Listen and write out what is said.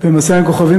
"מסע בין כוכבים"